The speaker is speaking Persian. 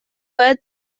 باید